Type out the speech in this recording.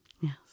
yes